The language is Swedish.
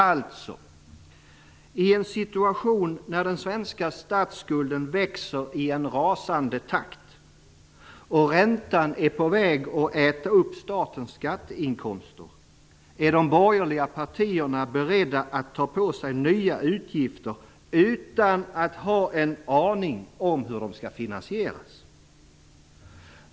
Alltså: I en situation när den svenska statsskulden växer i en rasande takt och räntan är på väg att äta upp statens skatteinkomster är de borgerliga partierna beredda att ta på sig nya utgifter utan att ha en aning om hur de skall finansieras.